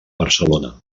barcelona